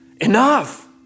enough